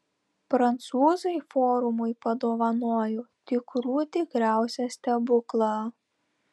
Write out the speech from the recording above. prancūzai forumui padovanojo tikrų tikriausią stebuklą